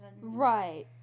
Right